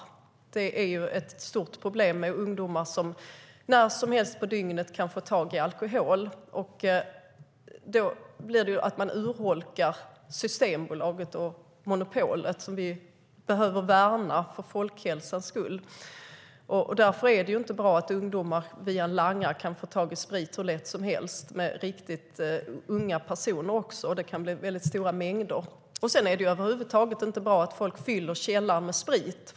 Det är ett stort problem att ungdomar när som helst på dygnet kan få tag på alkohol. Då urholkas Systembolagets monopol, som vi behöver värna för folkhälsans skull. Det är inte bra att ungdomar via langare kan få tag i sprit hur lätt som helst. Det kan röra sig om riktigt unga personer och stora mängder. Över huvud taget är det inte bra att folk fyller sina källare med sprit.